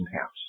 house